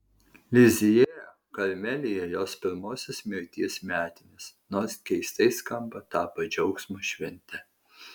lizjė karmelyje jos pirmosios mirties metinės nors keistai skamba tapo džiaugsmo švente